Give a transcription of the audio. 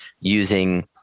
using